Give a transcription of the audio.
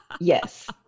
Yes